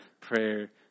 prayer